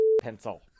pencil